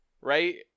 right